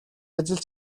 ажил